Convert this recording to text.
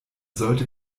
sollte